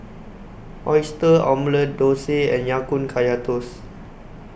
Oyster Omelette Dosa and Ya Kun Kaya Toast